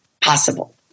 possible